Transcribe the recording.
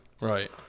Right